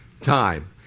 time